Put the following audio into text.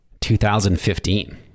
2015